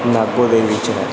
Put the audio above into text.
ਨਾਗੋ ਦੇ ਵਿੱਚ ਹੈ